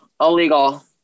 Illegal